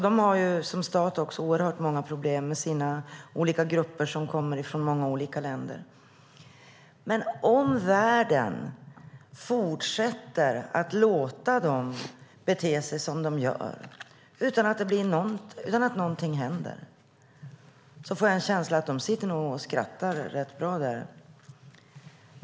De har som stat oerhört många problem med sina olika grupper som kommer från många olika länder. Men om världen fortsätter att låta dem bete sig som de gör utan att någonting händer, får jag en känsla av att de nog sitter där och skrattar rätt ordentligt.